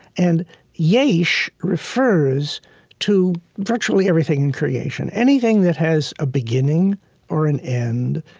and yaish refers to virtually everything in creation anything that has a beginning or an end,